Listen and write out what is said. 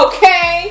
Okay